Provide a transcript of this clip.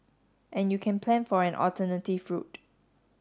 and you can plan for an alternative route